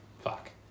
Fuck